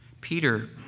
Peter